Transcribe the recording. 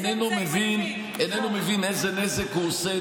איננו מבין איזה נזק הוא עושה,